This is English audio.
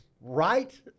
right